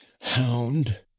Hound